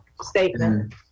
statement